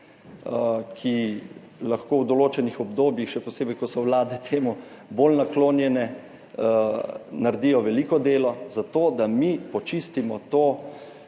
ki lahko v določenih obdobjih, še posebej ko so vlade temu bolj naklonjene, naredijo veliko delo za to, da mi počistimo to